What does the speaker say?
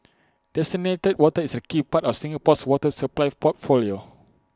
desalinated water is A key part of Singapore's water supply portfolio